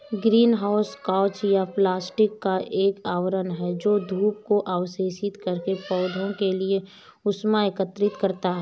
green house कांच या plastic का एक आवरण है जो धूप को अवशोषित करके पौधों के लिए ऊष्मा एकत्रित करता है